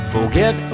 Forget